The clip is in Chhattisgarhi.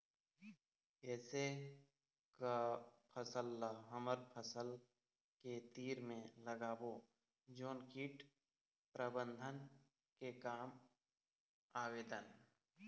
ऐसे का फसल ला हमर फसल के तीर मे लगाबो जोन कीट प्रबंधन के काम आवेदन?